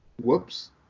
Whoops